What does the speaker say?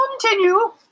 Continue